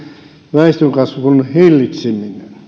väestönkasvun hillitseminen